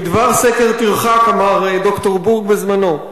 מדבר סקר תרחק, אמר ד"ר בורג בזמנו.